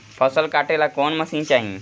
फसल काटेला कौन मशीन चाही?